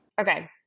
Okay